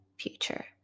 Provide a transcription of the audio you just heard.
future